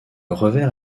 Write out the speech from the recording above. revers